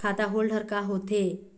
खाता होल्ड हर का होथे?